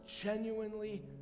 genuinely